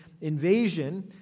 invasion